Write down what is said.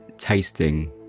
tasting